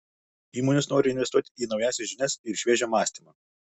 įmonės nori investuoti į naujausias žinias ir šviežią mąstymą